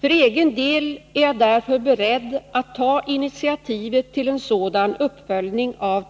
För egen del är jag därför beredd att ta initiativet till att en sådan uppföljning av